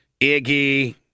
Iggy